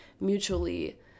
mutually